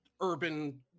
urban